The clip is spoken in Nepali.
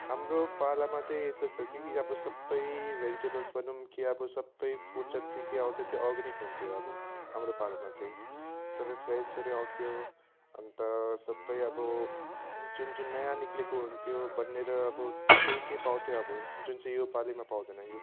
हाम्रो पालामा चाहिँ यस्तो थियो कि अब सबै भेजिटेबल्स भनौँ कि अब सबै फुड जति के आउँथ्यो त्यो अर्ग्यानिक हुन्थ्यो अब हाम्रो पालामा चाहिँ सबै फ्रेसहरू नै आउँथ्यो अन्त सबै अब जुन जुन नयाँ निक्लिएको हुन्थ्यो बनिएर अब त्यही चाहिँ पाउँथ्यो अब जुन चाहिँ यो पालीमा पाउँदैन